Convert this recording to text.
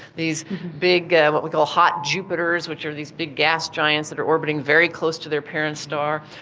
these big what we call hot jupiters which are these big gas giants that are orbiting very close to their parent star.